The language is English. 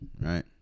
right